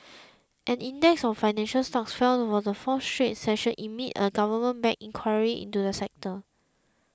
an index of financial stocks fell for the fourth straight session amid a government backed inquiry into the sector